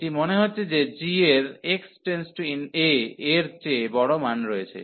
এটি মনে হচ্ছে যে g এর x→ a এর চেয়ে বড় মান রয়েছে